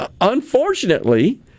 unfortunately